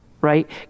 right